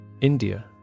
India